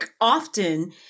often